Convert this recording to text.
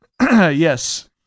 Yes